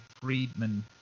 Friedman